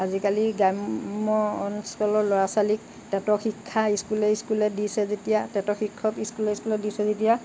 আজিকালি গ্ৰাম্য অঞ্চলৰ ল'ৰা ছোৱালীক টেটৰ শিক্ষা স্কুলে স্কুলে দিছে যেতিয়া টেটৰ শিক্ষক স্কুলে স্কুলে দিছে যেতিয়া